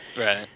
Right